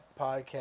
podcast